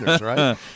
right